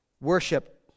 worship